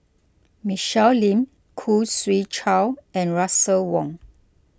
Michelle Lim Khoo Swee Chiow and Russel Wong